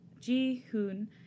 Ji-hoon